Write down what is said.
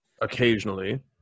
occasionally